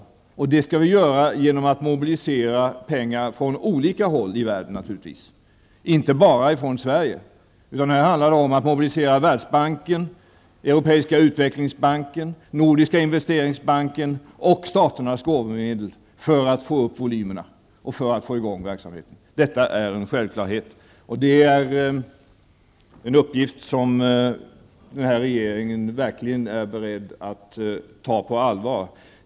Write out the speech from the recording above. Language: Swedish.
Vi skall naturligtvis göra detta genom att mobilisera pengar från olika håll i världen, inte bara från Sverige. Det handlar här om att mobilisera Världsbanken, Europeiska utvecklingsbanken, Nordiska investeringsbanken och staternas gåvomedel för att få upp volymerna och få i gång verksamheten. Detta är en självklarhet. Det är en uppgift som den här regeringen verkligen är beredd att ta på allvar.